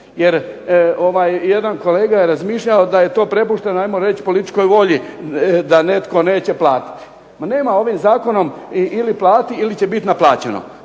Jer jedan kolega je razmišljao da je to prepušteno političkoj volji da netko neće platiti. Ma nema, ovim zakonom ili plati ili će biti naplaćeno.